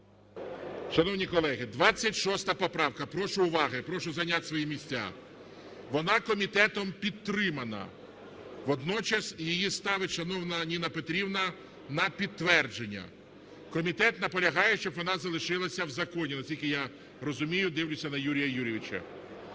Шановні колеги, 26 поправка. Прошу уваги, я прошу зайняти свої місця. Вона комітетом підтримана. Водночас її ставить шановна Ніна Петрівна на підтвердження. Комітет наполягає, щоб вона залишилася в законі, наскільки я розумію, дивлюся на Юрія Юрійовича.